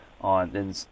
on